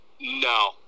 No